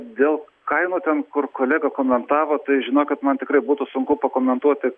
dėl kainų ten kur kolega komentavo tai žinokit man tikrai būtų sunku pakomentuoti